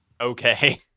Okay